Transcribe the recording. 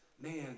man